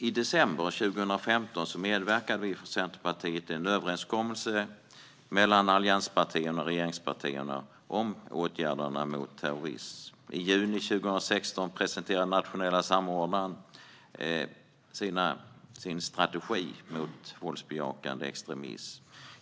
I december 2015 medverkade Centerpartiet i en överenskommelse mellan allianspartierna och regeringspartierna om åtgärder mot terrorism. I juni 2016 presenterade den nationella samordnaren mot terrorism sin strategi mot våldsbejakande extremism.